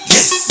Yes